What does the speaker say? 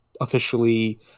officially